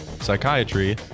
psychiatry